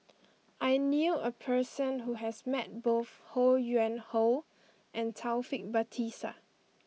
I knew a person who has met both Ho Yuen Hoe and Taufik Batisah